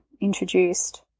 introduced